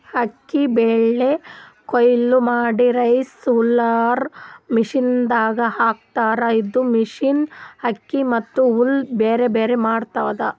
ಅಕ್ಕಿ ಬೆಳಿ ಕೊಯ್ಲಿ ಮಾಡಿ ರೈಸ್ ಹುಲ್ಲರ್ ಮಷಿನದಾಗ್ ಹಾಕ್ತಾರ್ ಇದು ಮಷಿನ್ ಅಕ್ಕಿ ಮತ್ತ್ ಹುಲ್ಲ್ ಬ್ಯಾರ್ಬ್ಯಾರೆ ಮಾಡ್ತದ್